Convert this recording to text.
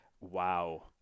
Wow